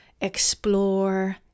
explore